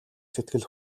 сэтгэл